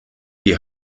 die